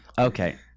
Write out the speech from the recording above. Okay